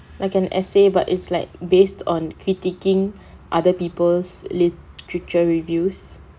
like an essay but it's like based on critiquing other people's literature reviews